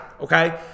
okay